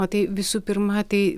o tai visų pirma tai